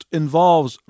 involves